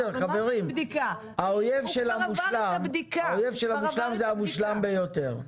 האויב של המושלם הוא המושלם ביותר.